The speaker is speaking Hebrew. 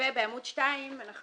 ובעמוד 2 אנחנו